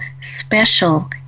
special